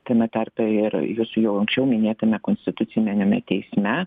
tame tarpe ir jūsų jau anksčiau minėtame konstitucininiame teisme